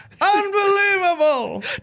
Unbelievable